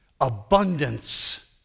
abundance